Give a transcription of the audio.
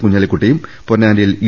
കുഞ്ഞാലിക്കുട്ടിയും പൊന്നാനിയിൽ ഇ